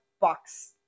box